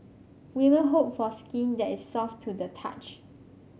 women hope for skin that is soft to the touch